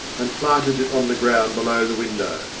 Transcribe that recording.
and planted it on the ground below the window,